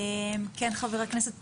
חבר הכנסת פרוש.